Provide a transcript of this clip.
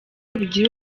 bigira